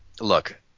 Look